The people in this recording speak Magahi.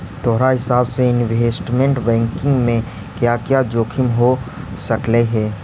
तोहार हिसाब से इनवेस्टमेंट बैंकिंग में क्या क्या जोखिम हो सकलई हे